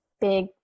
big